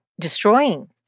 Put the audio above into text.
destroying